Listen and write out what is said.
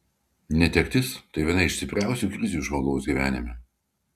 netektis tai viena iš stipriausių krizių žmogaus gyvenime